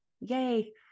Yay